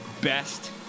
best